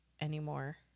anymore